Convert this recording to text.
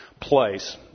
place